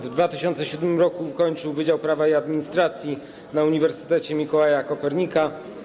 W 2007 r. ukończył Wydział Prawa i Administracji na Uniwersytecie Mikołaja Kopernika.